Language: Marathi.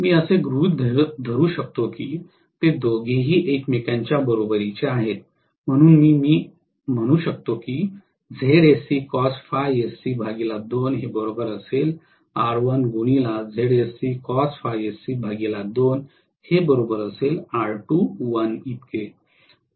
मी असे गृहीत धरू शकतो की ते दोघेही एकमेकांच्या बरोबरीचे आहेत म्हणून मी म्हणू शकतो की